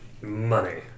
money